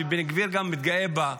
שבן גביר גם מתגאה בה,